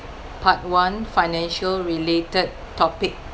part one financial related topic